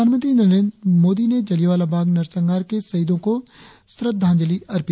प्रधानमंत्री नरेंद्र मोदी ने जलियांवालाबाग नरसंहार के शहीदों को श्रद्धांजलि अर्पित की है